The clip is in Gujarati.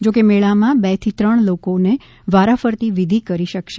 જો કે મેળામાં બે થી ત્રણ લોકોને વારા ફરતી વિધી કરી શકશે